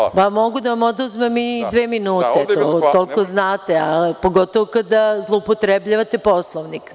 Da, ali mogu da vam oduzmem i dve minute, toliko znate, a pogotovo kada zloupotrebljavate Poslovnik.